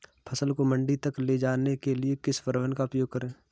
फसल को मंडी तक ले जाने के लिए किस परिवहन का उपयोग करें?